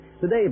Today